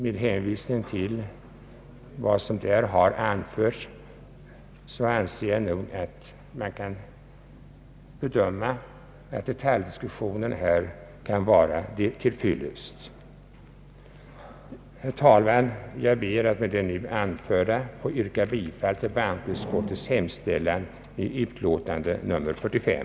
Mot bakgrund av vad som där anförts anser jag att detaljdiskussionen kan vara till fyllest. Herr talman! Jag ber att med det anförda få yrka bifall till bankoutskottets hemställan i dess utlåtande nr 45.